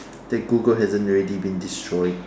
that Google hasn't already been destroyed